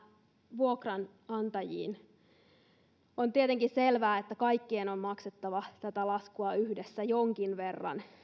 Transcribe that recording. vuokranantajiin niin on tietenkin selvää että kaikkien on maksettava tätä laskua yhdessä jonkin verran